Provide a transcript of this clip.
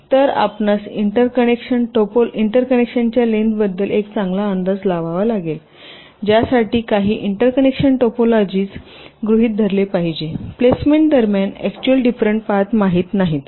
तर आपणास इंटरकनेक्शन्सच्या लेन्थबद्दल एक चांगला अंदाज लावावा लागेल ज्यासाठी काही इंटरकनेक्शन टोपोलॉजी ज गृहित धरले पाहिजेत प्लेसमेंट दरम्यान एक्चुल डिफरेंट पाथ माहित नाहीत